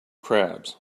crabs